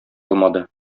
алмады